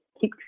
keep